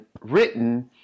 written